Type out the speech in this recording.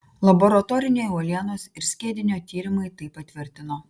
laboratoriniai uolienos ir skiedinio tyrimai tai patvirtino